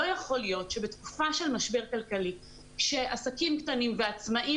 שלא יכול להיות שבתקופה של משבר כלכלי שעסקים קטנים ועצמאים